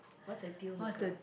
what's the dealmaker